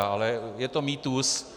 Ale je to mýtus.